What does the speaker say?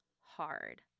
hard